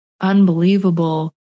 unbelievable